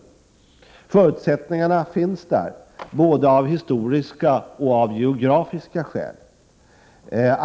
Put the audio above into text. Förutsättningarna finns där av både historiska och geografiska skäl.